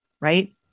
Right